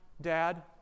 dad